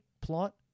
plot